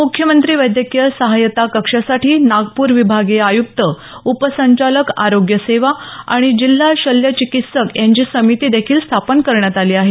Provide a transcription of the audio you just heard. मुख्यमंत्री वैद्यकीय सहायता कक्षासाठी नागपूर विभागीय आयुक्त उपसंचालक आरोग्य सेवा आणि जिल्हा शल्य चिकित्सक यांची समिती देखील स्थापन करण्यात आली आहे